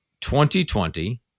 2020